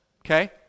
Okay